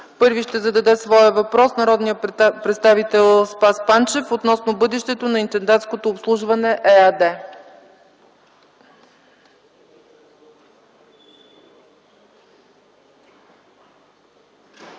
Първи ще зададе своя въпрос народният представител Спас Панчев относно бъдещето на „Интендантско обслужване” ЕАД.